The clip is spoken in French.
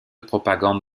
propagande